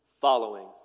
Following